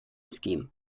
scheme